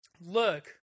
look